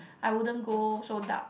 I wouldn't go so dark